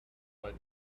but